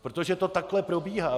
Protože to takhle probíhá.